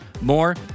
more